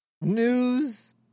news